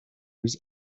his